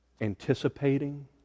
Anticipating